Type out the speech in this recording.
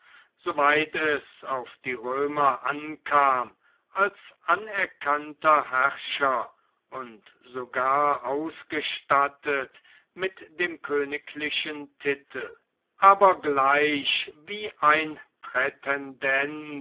es auf die römer ankam als anerkannter herrscher und sogar ausgestattet mit dem königlichen titel aber gleich wie ein